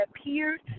appeared